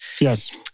Yes